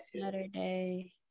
Saturday